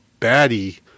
baddie